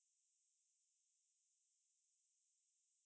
we were like trying to call her up and everything she never answer